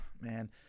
man